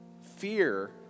fear